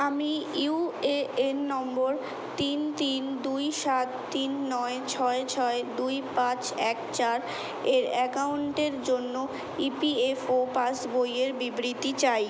আমি UAN number তিন তিন দুই সাত তিন নয় ছয় ছয় দুই পাঁচ এক চার এর অ্যাকাউন্টের জন্য ইপিএফও পাসবইয়ের বিবৃতি চাই